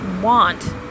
want